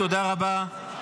תודה רבה.